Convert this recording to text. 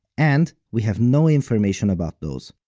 and, we have no information about those.